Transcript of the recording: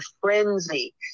frenzy